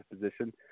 position